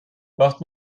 wacht